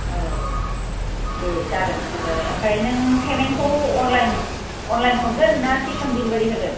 औ दे जागोन बिदिबालाय आमफ्राय नों पेमेन्टखौ अनलाइन हरगोन ना केस वन डिलिभारि होगोन